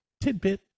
tidbit